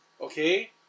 Okay